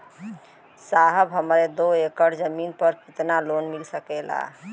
साहब हमरे दो एकड़ जमीन पर कितनालोन मिल सकेला?